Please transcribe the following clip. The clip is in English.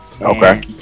okay